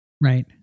right